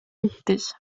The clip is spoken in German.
richtig